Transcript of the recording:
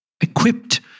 equipped